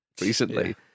recently